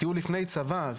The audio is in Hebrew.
טיול לפני צבא,